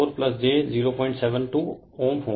तो वह रेफेर टाइम 3539 264 j 072Ω होगा